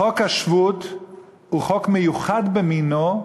חוק השבות הוא חוק מיוחד במינו,